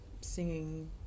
singing